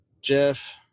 Jeff